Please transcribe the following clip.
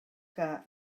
que